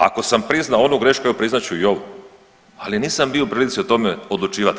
Ako sam priznao onu grešku, evo priznat ću i ovu, ali nisam bio u prilici o tome odlučivat.